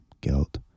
guilt